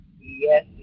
yes